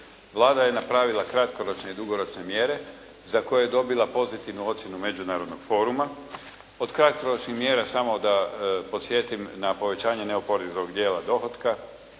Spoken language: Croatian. Vlada je napravila kratkoročne i dugoročne mjere za koje je dobila pozitivnu ocjenu Međunarodnog foruma. Od karakteroloških mjera samo da podsjetim na povećanje neoporezivog dijela dohotka,